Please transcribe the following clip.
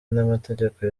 n’amategeko